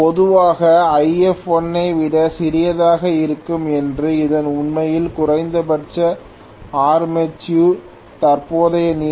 பொதுவாக If1 ஐ விட சிறியதாக இருக்கும் என்று இது உண்மையில் குறைந்தபட்ச ஆர்மேச்சர் தற்போதைய நிலை